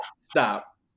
Stop